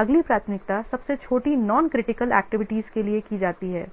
अगली प्राथमिकता सबसे छोटी नॉन क्रिटिकल एक्टिविटीज के लिए जाती है